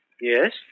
Yes